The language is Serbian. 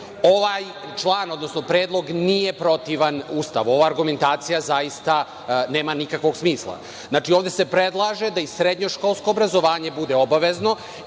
ovaj član, odnosno predlog nije protivan Ustavu. Ova argumentacija zaista nema nikakvog smisla. Ovde se predlaže da i srednjoškolsko obrazovanje bude obavezno